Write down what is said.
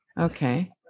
okay